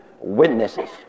witnesses